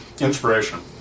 Inspiration